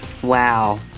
Wow